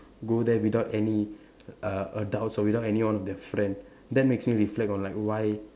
go there without any uh adults or without any one of their friend that makes me reflect on like why